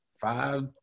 Five